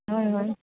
হয় হয়